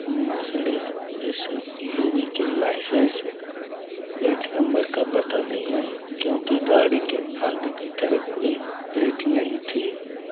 Mercedes S U V के licence plate number का पता नहीं है क्योंकि गाड़ी के आगे की तरफ कोई प्लेट नहीं थी